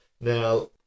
Now